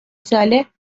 ساله